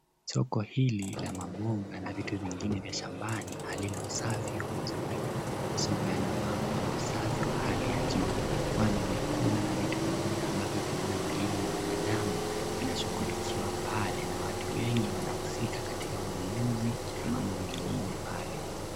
Soko hili la mamboga na vitu vingine vya shambani halina safi mzuri. Masoko yanafaa kuwa na usafi wa hali ya juu kwani vyakula na vingine ambavyo vinaenda mwilini mwa binadamu vinashughulikiwa pale na watu wengi wanaohusika katika ununuzi na mambo mengine pale.